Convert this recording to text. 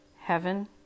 Heaven